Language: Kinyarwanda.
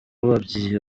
bambwiye